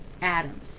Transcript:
Adam's